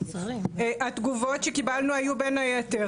התגובות שקיבלנו היו בין היתר,